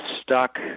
stuck